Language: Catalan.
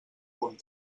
punt